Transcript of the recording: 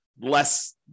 less